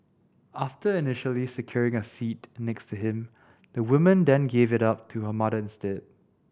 after initially securing a seat next to him the woman then gave it up to her mother instead